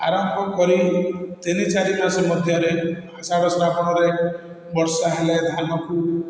ଆରମ୍ଭ କରି ତିନି ଚାରି ମାସ ମଧ୍ୟରେ ବୈଶାଖ ଶ୍ରାବଣରେ ବର୍ଷା ହେଲେ ଧାନକୁ